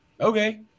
Okay